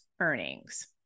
earnings